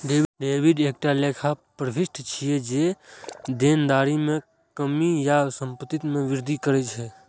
debit एकटा लेखा प्रवृष्टि छियै, जे देनदारी मे कमी या संपत्ति मे वृद्धि करै छै